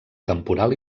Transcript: temporal